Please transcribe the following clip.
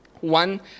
one